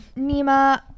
Nima